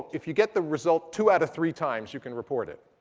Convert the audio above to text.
if you get the result two out of three times, you can report it.